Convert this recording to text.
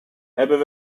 hebben